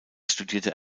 studierte